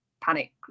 panic